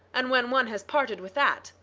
and when one has parted with that,